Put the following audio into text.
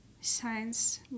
science